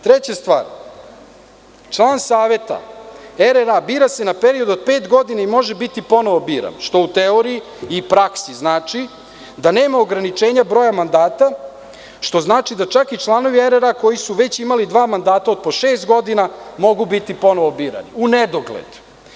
Treća stvar - član saveta RRA bira se na period od pet godina i može biti ponovo biran, što u teoriji i praksi znači da nema ograničenja broja mandata, što znači da čak i članovi RRA koji su već imali dva mandata od po šest godina mogu biti ponovo birani u nedogled.